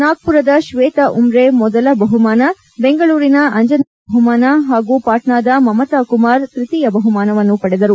ನಾಗ್ದುರದ ಶ್ವೇತ ಉವ್ರೇ ಮೊದಲ ಬಹುಮಾನ ಬೆಂಗಳೂರಿನ ಅಂಜನಾಕ್ಷಿ ಎರಡನೇ ಬಹುಮಾನ ಹಾಗೂ ಪಾಟ್ನಾದ ಮಮತಾ ಕುಮಾರ್ ತೃತೀಯ ಬಹುಮಾನವನ್ನು ಪಡೆದರು